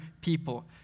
people